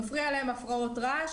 מפריע להם הפרעות רעש?